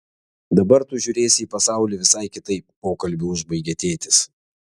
dabar tu žiūrėsi į pasaulį visai kitaip pokalbį užbaigė tėtis